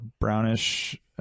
brownish